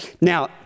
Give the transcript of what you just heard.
Now